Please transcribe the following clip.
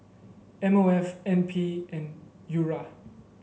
M O F N P and URA